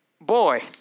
boy